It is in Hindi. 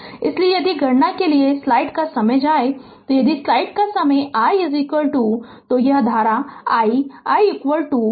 इसलिए यदि गणना के लिए स्लाइड का समय जाए यदि स्लाइड का समय है कि i यह धारा i i i1 i2 से iN तक होगी